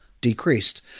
decreased